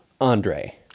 andre